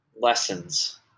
lessons